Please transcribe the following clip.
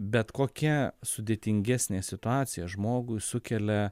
bet kokia sudėtingesnė situacija žmogui sukelia